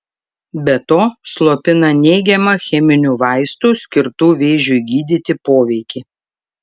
be to slopina neigiamą cheminių vaistų skirtų vėžiui gydyti poveikį